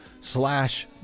slash